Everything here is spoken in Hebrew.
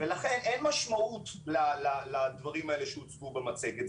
ולכן אין משמעות לדברים האלה שהוצגו במצגת,